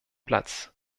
platz